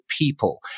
people